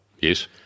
Yes